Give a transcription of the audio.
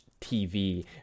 TV